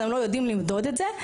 הם לא יודעים למדוד את זה,